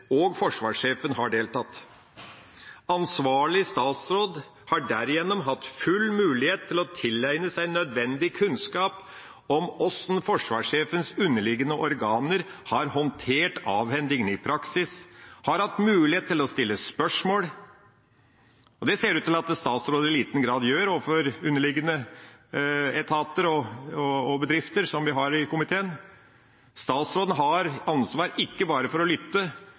og forsvarssjefen har deltatt. Ansvarlig statsråd har derigjennom hatt full mulighet til å tilegne seg nødvendig kunnskap om hvordan forsvarssjefens underliggende organer har håndtert avhendingen i praksis, har hatt mulighet til å stille spørsmål, og det ser det ut til at statsråden i liten grad gjør overfor underliggende etater og bedrifter som vi har i komiteen. Statsråden har ansvar – ikke bare for å lytte,